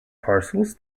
parcels